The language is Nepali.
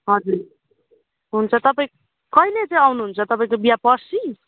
हजुर हुन्छ तपाईँ कहिले चाहिँ आउनु हुन्छ तपाईँको बिहा पर्सी